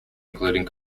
including